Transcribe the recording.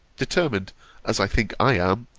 determined as i think i am,